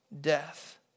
death